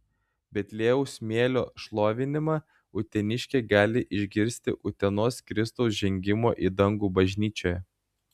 betliejaus smėlio šlovinimą uteniškiai gali išgirsti utenos kristaus žengimo į dangų bažnyčioje